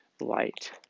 light